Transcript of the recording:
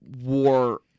war